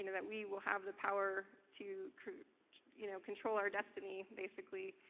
and that we will have the power to you know, control our destiny basically.